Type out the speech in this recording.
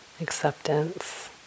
acceptance